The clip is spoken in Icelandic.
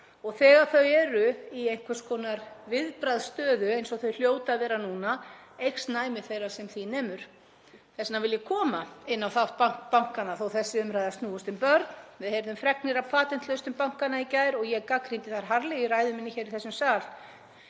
og þegar þau eru í einhvers konar viðbragðsstöðu, eins og þau hljóta að vera núna, eykst næmi þeirra sem því nemur. Þess vegna vil ég koma inn á þátt bankanna þótt þessi umræða snúist um börn. Við heyrðum fregnir af patentlausnum bankanna í gær og ég gagnrýndi þær harðlega í ræðu minni hér í þessum sal.